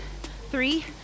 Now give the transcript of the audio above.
Three